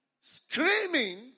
Screaming